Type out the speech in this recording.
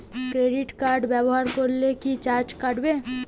Credit card ব্যাবহার করলে কি চার্জ কাটবে?